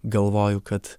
galvoju kad